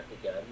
again